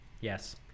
Yes